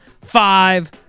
Five